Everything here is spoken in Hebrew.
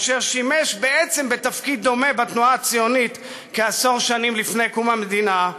אשר שימש בעצם בתפקיד דומה בתנועה הציונית כעשור לפני קום המדינה,